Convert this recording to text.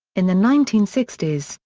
in the nineteen sixty s,